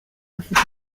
afite